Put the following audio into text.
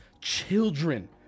children